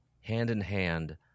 hand-in-hand